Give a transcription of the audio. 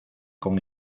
con